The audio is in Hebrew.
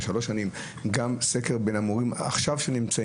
גם סקר בין המורים שמלמדים עכשיו,